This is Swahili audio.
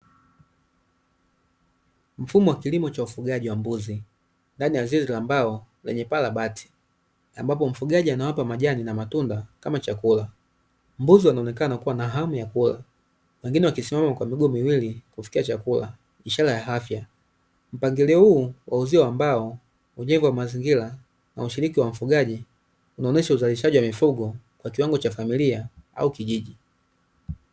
mfumo wa kilimo cha ufugaji wa mbuzi ndani ya zizi la mbao lenye paa la bati ambapo mfugaji anawapa majani na matunda kama chakula, mbuzi wanaonekana kuwa na hamu ya kula wengine wakisimama kwa miguu miwili kufikia chakula ishara ya afya. Mpangilio huu wa uzio wa mbao hujengwa mazingira na ushiriki wa mfugaji unaonyesha uzalishaji wa mifugo kwa kiwango cha familia au kijiji.